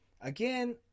Again